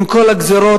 עם כל הגזירות,